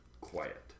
quiet